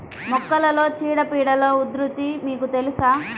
మొక్కలలో చీడపీడల ఉధృతి మీకు తెలుసా?